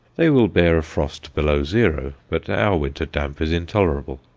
they will bear a frost below zero, but our winter damp is intolerable.